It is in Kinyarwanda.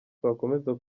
twakomeza